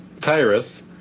Tyrus